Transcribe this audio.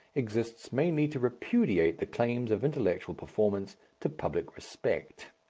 exists mainly to repudiate the claims of intellectual performance to public respect.